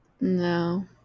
No